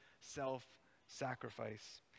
self-sacrifice